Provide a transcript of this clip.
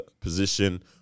position